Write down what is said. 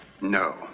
No